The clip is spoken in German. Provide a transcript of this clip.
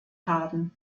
haben